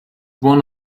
one